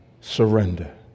surrender